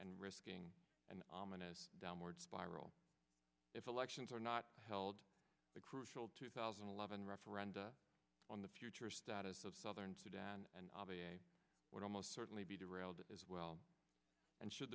and risking an ominous downward spiral if elections are not held crucial two thousand and eleven referenda on the future status of southern sudan and would almost certainly be derailed as well and should